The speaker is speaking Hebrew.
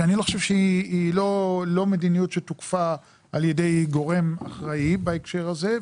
שאני חושב שהיא לא מדיניות שתוּקפָה על ידי גורם אחראי בהקשר הזה.